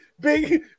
big